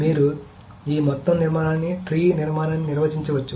మీరు ఈ మొత్తం నిర్మాణాన్ని ట్రీ నిర్మాణాన్ని నిర్వచించవచ్చు